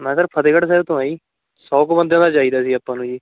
ਮੈਂ ਸਰ ਫਤਿਹਗੜ੍ਹ ਸਾਹਿਬ ਤੋਂ ਹਾਂ ਜੀ ਸੌ ਕੁ ਬੰਦਿਆਂ ਦਾ ਚਾਹੀਦਾ ਸੀ ਆਪਾਂ ਨੂੰ ਜੀ